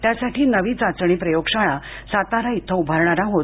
त्यासाठी नवी चाचणी प्रयोगशाळा सातारा इथे उभारणार आहोत